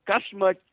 customer